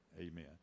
Amen